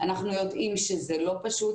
אנחנו יודעים שזה לא פשוט.